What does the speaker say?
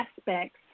aspects